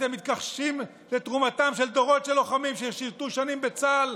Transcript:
אתם מתכחשים לתרומתם של דורות של לוחמים ששירתו שנים בצה"ל.